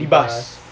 bebas